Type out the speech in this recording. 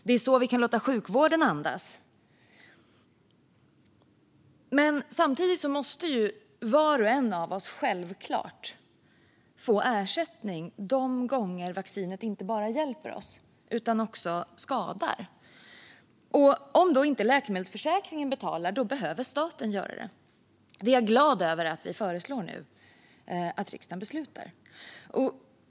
Det är så vi kan låta sjukvården andas. Samtidigt måste var och en av oss självklart få ersättning de gånger som vaccinet inte bara hjälper oss utan också skadar. Om då inte läkemedelsförsäkringen betalar behöver staten göra det, och jag är glad över att vi nu föreslår att riksdagen beslutar om detta. Fru talman!